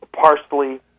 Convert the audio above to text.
parsley